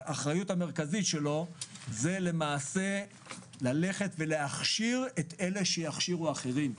האחריות המרכזית שלו זה להכשיר את אלו שיכשירו אחרים.